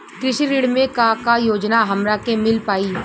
कृषि ऋण मे का का योजना हमरा के मिल पाई?